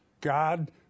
God